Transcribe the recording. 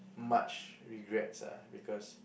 much regrets ah because